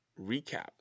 recap